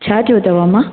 छा थियो अथव अमा